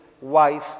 Wife